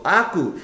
aku